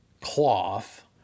cloth